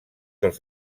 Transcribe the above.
els